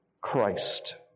Christ